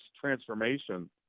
transformation